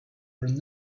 are